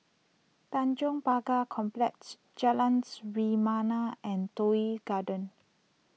Tanjong Pagar Complex Jalans Rebana and Toh Yi Garden